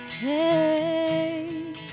Hey